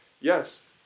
yes